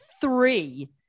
three